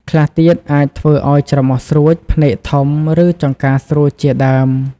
ខ្លះទៀតអាចធ្វើឱ្យច្រមុះស្រួច ភ្នែកធំ ឬចង្កាស្រួចជាដើម។